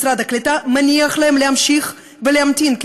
משרד הקליטה מניח להם להמשיך ולהמתין כי